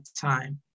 time